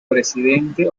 presidente